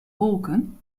wolken